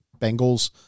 Bengals